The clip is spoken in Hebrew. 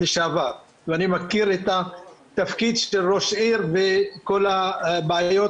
ואני מכיר את התפקיד של ראש עיר וכל הבעיות